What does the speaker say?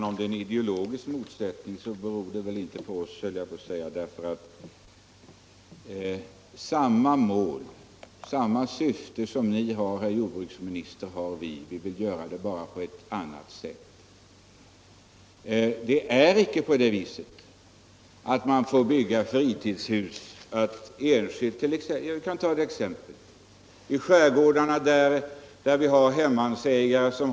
Herr talman! Vi har samma mål som ni, herr jordbruksminister. Vi vill bara nå det målet på ett annat sätt. Det är i dag inte så att man får bygga fritidshus överallt där man skulle vilja göra det.